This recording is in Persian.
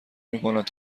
میکند